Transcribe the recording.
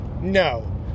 no